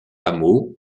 hameau